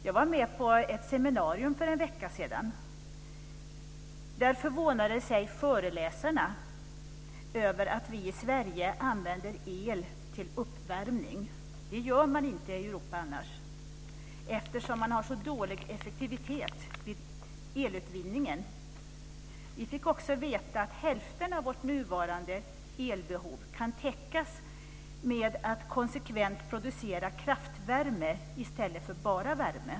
Jag var med på ett seminarium för en vecka sedan, och där förvånade sig föreläsarna över att vi i Sverige använder el till uppvärmning. Det gör man annars inte i Europa, eftersom man har så dålig effektivitet i elutvinningen. Vi fick också veta att hälften av vårt nuvarande elbehov kan täckas genom att man konsekvent producerar kraftvärme i stället för bara värme.